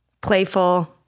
playful